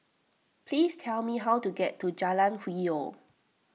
please tell me how to get to Jalan Hwi Yoh